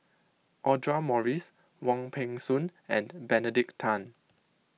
Audra Morrice Wong Peng Soon and Benedict Tan